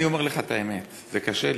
אני אומר לך את האמת, זה קשה לי.